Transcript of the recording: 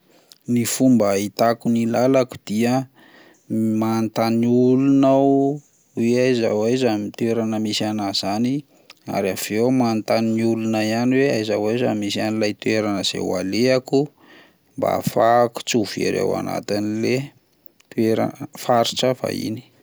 Ny fomba ahitako ny lalako dia manontany olona aho hoe aiza ho aiza ny toerana misy anahy izany, ary aveo aho manontany olona ihany hoe aiza ho aiza misy ilay toerana izay ho alehako mba ahafahako tsy ho very ao anty le toerana- faritra vahiny.